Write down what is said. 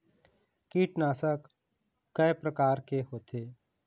कीटनाशक कय प्रकार के होथे?